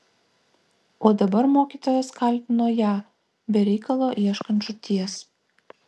o dabar mokytojas kaltino ją be reikalo ieškant žūties